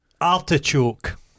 Artichoke